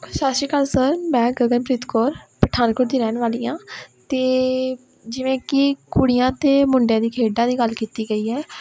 ਸਤਿ ਸ਼੍ਰੀ ਅਕਾਲ ਸਰ ਮੈਂ ਗਗਨਪ੍ਰੀਤ ਕੌਰ ਪਠਾਨਕੋਟ ਦੀ ਰਹਿਣ ਵਾਲੀ ਹਾਂ ਅਤੇ ਜਿਵੇਂ ਕਿ ਕੁੜੀਆਂ ਅਤੇ ਮੁੰਡਿਆਂ ਦੀ ਖੇਡਾਂ ਦੀ ਗੱਲ ਕੀਤੀ ਗਈ ਹੈ